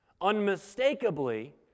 Unmistakably